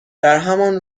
درهمان